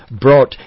brought